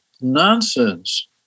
nonsense